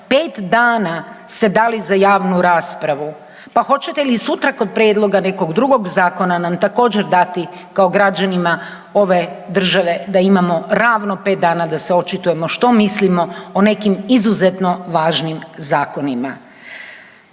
5 dana ste dali za javnu raspravu. Pa hoćete li i sutra kod prijedloga nekog drugog zakona nam također dati kao građanima ove države da imamo ravno 5 dana da se očitujemo što mislimo o nekim izuzetno važnim zakonima.